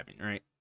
right